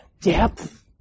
depth